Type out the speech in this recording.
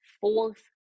fourth